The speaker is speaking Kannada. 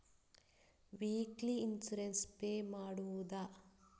ವೀಕ್ಲಿ ಇನ್ಸೂರೆನ್ಸ್ ಪೇ ಮಾಡುವುದ?